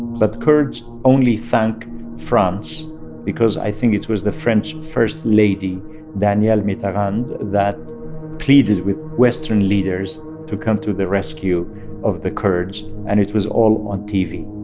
but kurds only thank france because i think it was the french first lady danielle mitterrand that pleaded with western leaders to come to the rescue of the kurds, and it was all on tv.